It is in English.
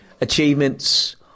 achievements